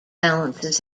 balances